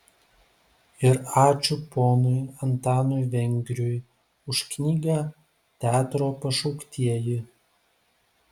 ir ačiū ponui antanui vengriui už knygą teatro pašauktieji